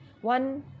one